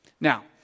Now